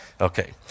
Okay